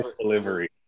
delivery